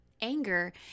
anger